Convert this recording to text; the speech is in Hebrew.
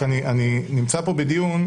רק אני נמצא פה בדיון,